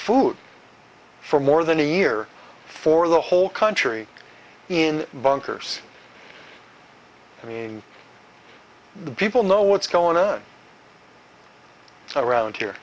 food for more than a year for the whole country in bunkers i mean the people know what's going on around here